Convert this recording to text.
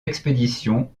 expéditions